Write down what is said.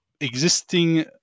existing